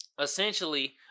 essentially